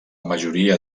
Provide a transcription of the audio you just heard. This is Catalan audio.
majoria